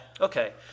Okay